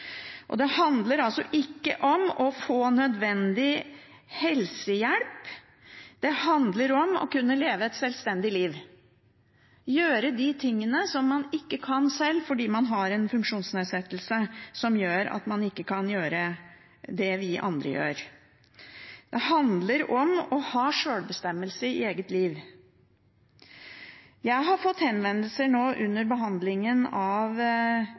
Det handler ikke om å få nødvendig helsehjelp, det handler om å kunne leve et sjølstendig liv, gjøre de tingene som man ikke kan sjøl, fordi man har en funksjonsnedsettelse som gjør at man ikke kan gjøre det vi andre gjør. Det handler om å ha sjølbestemmelse i eget liv. Jeg har fått henvendelser under behandlingen av